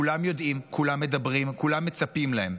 כולם יודעים, כולם מדברים, כולם מצפים להם.